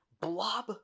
blob